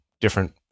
different